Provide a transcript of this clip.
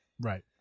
Right